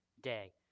day